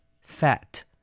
Fat